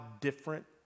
different